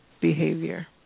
behavior